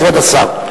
כבוד השר.